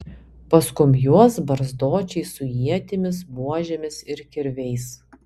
paskum juos barzdočiai su ietimis buožėmis ir kirviais